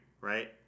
right